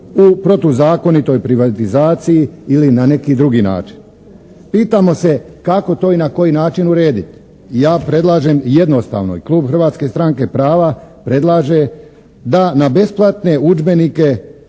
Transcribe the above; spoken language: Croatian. u protuzakonitoj privatizaciji ili na neki drugi način. Pitamo se kako to i na koji način urediti? Ja predlažem jednostavno i klub Hrvatske stranke prava predlaže da na besplatne udžbenike